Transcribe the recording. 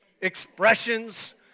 expressions